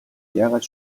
яагаад